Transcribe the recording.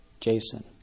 Jason